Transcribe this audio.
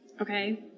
Okay